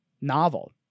novel